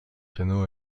piano